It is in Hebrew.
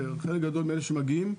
חלק גדול מאלה המגיעים,